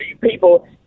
people